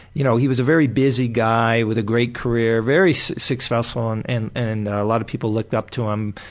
y'know, he was a very busy guy with a great career, very successful and and and a lot of people looked up to him,